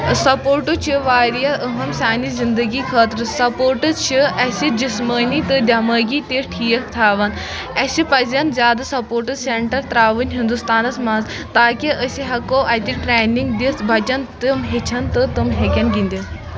sports چھِ واریاہ أہَم سانہِ زِندگی خٲطرٕ سپوٹٕس چھِ اَسہِ جِسمٲنی تہٕ دٮ۪مٲغی تہِ ٹھیٖک تھَاوَان اَسہِ پزٮن زیادٕ سپوٹٕس سٮ۪نٹَر ترٛاوٕنۍ ہندُستانَس منٛز تاکہ اسہِ ہٮ۪کو اَتہِ ٹرٛینِنٛگ دِتھ بَچَن تِم ہیٚچھَن تہٕ تِم ہیٚکن گِنٛدِتھ